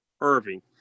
Irving